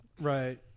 Right